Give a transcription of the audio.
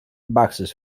boxes